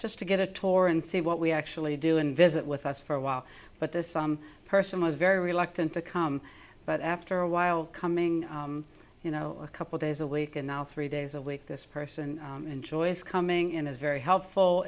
just to get a tour and see what we actually do and visit with us for a while but there's some person was very reluctant to come but after a while coming you know a couple days a week and now three days a week this person enjoys coming in is very helpful